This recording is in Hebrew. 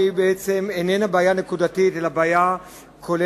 והיא איננה בעיה נקודתית אלא בעיה כוללת